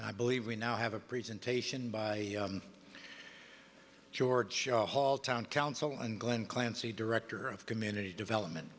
and i believe we now have a presentation by george show hall town council and glen clancy director of community development